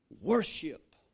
Worship